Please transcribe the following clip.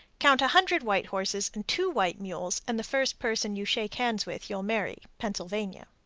count a hundred white horses and two white mules, and the first person you shake hands with you'll marry. pennsylvania.